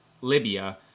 Libya